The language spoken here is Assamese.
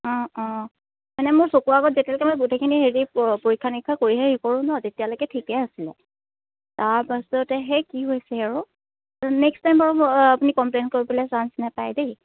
অঁ অঁ মানে মোৰ চকুৰ আগত যেতিয়ালৈকে মই গোটেইখিনি হেৰি পৰীক্ষা নিৰীক্ষা কৰিহে হেৰি কৰোঁ ন তেতিয়ালৈকে ঠিকেই আছিলে তাৰপাছতে সেই কি হৈছে আৰু নেক্সট টাইম বাৰু আপুনি কমপ্লেইন কৰিবলে চাঞ্চ নেপায় দেই